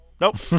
Nope